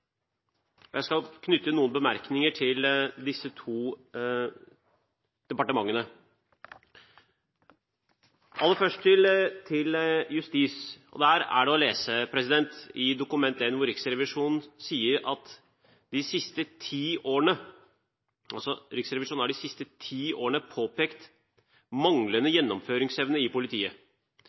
og jeg skal knytte noen bemerkninger til disse to områdene. Aller først til justis: Det står å lese i Dokument 1 at Riksrevisjonen de siste ti årene har påpekt manglende gjennomføringsevne i politiet.